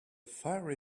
fiery